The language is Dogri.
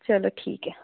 चलो ठीक ऐ